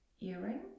earring